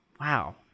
Wow